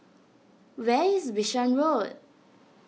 where is Bishan Road